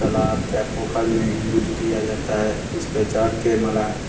तालाब चाहे पोखर में यूज किया जाता है उसपे चढ़ के मलाह